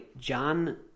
john